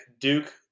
Duke